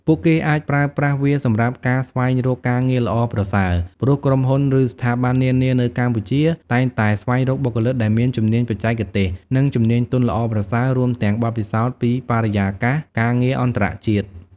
ពួកគេអាចប្រើប្រាស់វាសម្រាប់ការស្វែងរកការងារល្អប្រសើរ ព្រោះក្រុមហ៊ុន ឬស្ថាប័ននានានៅកម្ពុជាតែងតែស្វែងរកបុគ្គលិកដែលមានជំនាញបច្ចេកទេស និងជំនាញទន់ល្អប្រសើរ រួមទាំងបទពិសោធន៍ពីបរិយាកាសការងារអន្តរជាតិ។